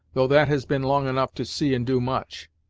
though that has been long enough to see and do much.